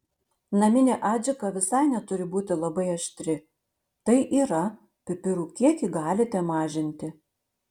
naminė adžika visai neturi būti labai aštri tai yra pipirų kiekį galite mažinti